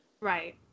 Right